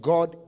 God